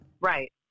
Right